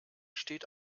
steht